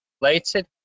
related